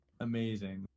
amazing